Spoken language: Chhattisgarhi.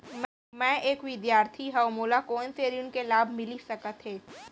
मैं एक विद्यार्थी हरव, मोला कोन से ऋण के लाभ मिलिस सकत हे?